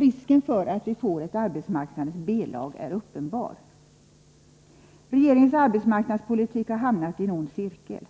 Risken för att vi får ett arbetsmarknadens B-lag är uppenbar. Regeringens arbetsmarknadspolitik har hamnat i en ond cirkel.